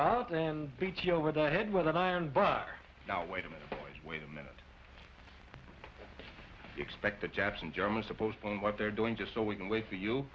out and beat you over the head with an iron bra now wait a minute wait a minute expect the chaps in germany supposed to know what they're doing just so we can wait for you